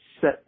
set